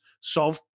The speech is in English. solve